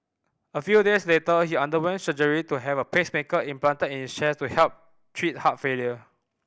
a few days later he underwent surgery to have a pacemaker implanted in his chest to help treat heart failure